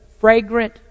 fragrant